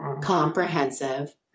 comprehensive